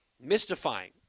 mystifying